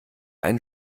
einen